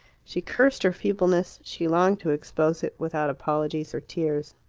she cursed her feebleness she longed to expose it, without apologies or tears.